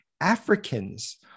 africans